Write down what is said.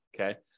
Okay